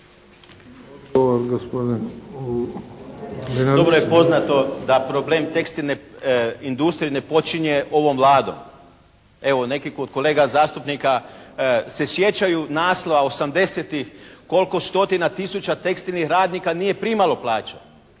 Dobro je poznato da problem tekstilne industrije ne počinje ovom Vladom. Evo, neki od kolega zastupnika se sjećaju naslova 80-ih koliko stotina tisuća tekstilnih radnika nije primalo plaće.